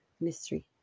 mystery